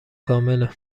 کامله